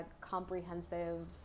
comprehensive